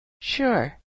Sure